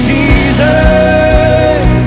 Jesus